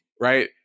right